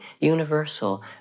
universal